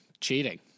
cheating